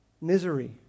misery